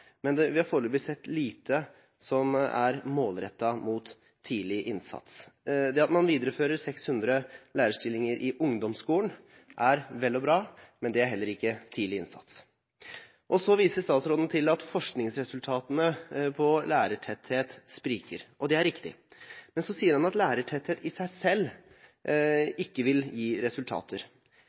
vi har foreløpig sett lite som er målrettet mot tidlig innsats. Det at man viderefører 600 lærerstillinger i ungdomsskolen, er vel og bra, men det er heller ikke tidlig innsats. Så viste statsråden til at forskningsresultatene når det gjelder lærertetthet, spriker, og det er riktig. Men så sier han at lærertetthet i seg selv ikke vil gi resultater.